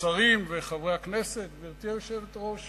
השרים וחברי הכנסת, גברתי היושבת-ראש.